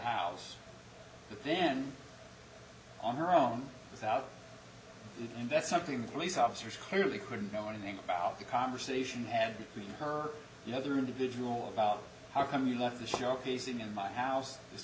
house but then on her own without it and that's something the police officers clearly couldn't know anything about the conversation and between her and other individual about how come you left the showcasing in my house